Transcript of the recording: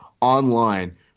online